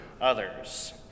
others